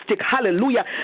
Hallelujah